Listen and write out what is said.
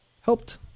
helped